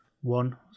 One